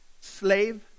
slave